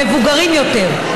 מבוגרים יותר,